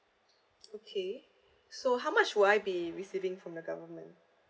okay so how much would I be receiving from the government